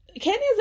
Kenya's